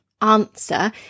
answer